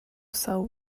sell